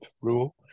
rule